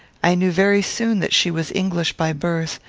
i knew very soon that she was english by birth,